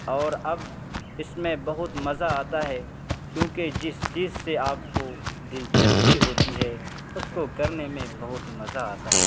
اور اب اس میں بہت مزہ آتا ہے کیونکہ جس چیز سے آپ کو دلچسپی ہوتی ہے اس کو کرنے میں بہت مزہ آتا ہے